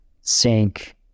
sink